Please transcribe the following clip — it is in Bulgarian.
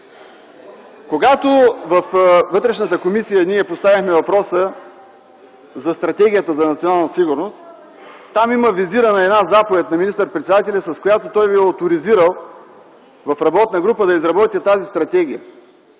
Когато във Вътрешната комисия поставихме въпроса за Стратегия за националната сигурност, там беше визирана заповед на министър-председателя, с която той Ви е оторизирал в работна група да изработите тази стратегия.